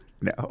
no